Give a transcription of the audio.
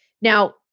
Now